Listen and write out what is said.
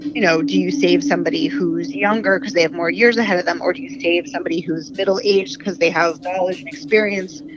you know, do you save somebody who's younger because they have more years ahead of them, or do you save somebody who is middle-aged because they have knowledge and experience?